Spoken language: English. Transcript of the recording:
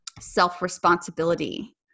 self-responsibility